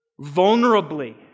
vulnerably